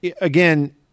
Again